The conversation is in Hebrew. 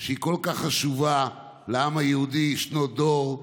שהיא כל כך חשובה לעם היהודי, שנות דור,